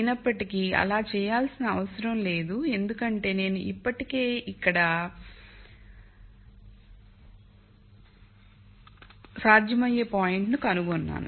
అయినప్పటికీ అలా చేయవలసిన అవసరం లేదు ఎందుకంటే నేను ఇప్పటికే ఇక్కడ సాధ్యమయ్యే పాయింట్ కనుగొన్నాను